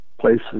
places